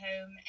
home